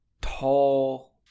tall